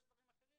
יש דברים אחרים